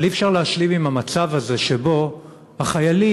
אבל אי-אפשר להשלים עם המצב הזה שבו החיילים,